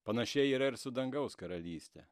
panašiai yra ir su dangaus karalyste